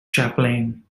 chaplain